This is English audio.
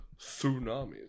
Tsunamis